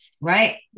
Right